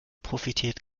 profitiert